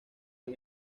han